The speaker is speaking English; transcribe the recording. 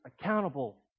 accountable